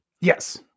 Yes